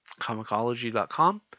comicology.com